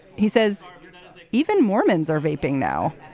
he says even mormons are vaping now